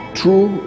true